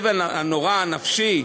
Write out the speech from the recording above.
הנורא הנפשי: